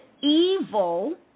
evil